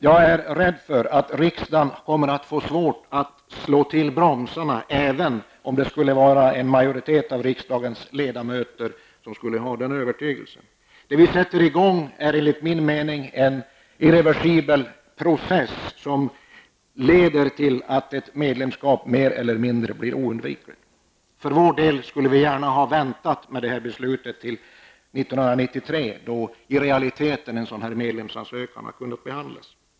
Jag är rädd för att riksdagen kommer att få svårt att slå till bromsarna även om en majoritet av riksdagens ledamöter skulle ha den övertygelsen. Det vi sätter i gång är enligt min mening en irreversibel process, som leder till att ett medlemskap blir mer eller mindre oundvikligt. För vänsterpartiets del hade vi gärna väntat med det beslutet till 1993, då i realiteten en sådan medlemskapsansökan skulle kunna behandlas.